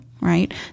right